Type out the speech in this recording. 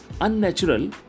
unnatural